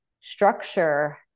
structure